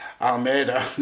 Almeida